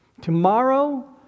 Tomorrow